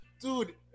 Dude